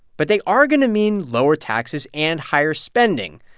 but they are going to mean lower taxes and higher spending,